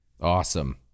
Awesome